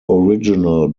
original